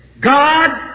God